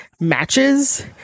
matches